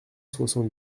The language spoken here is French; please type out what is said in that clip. soixante